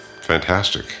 fantastic